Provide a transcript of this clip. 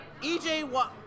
EJ